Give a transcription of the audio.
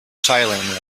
silently